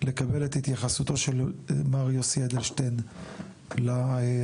לקבל את התייחסותו של מר יוסי אדלשטיין להצעה.